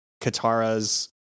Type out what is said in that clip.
Katara's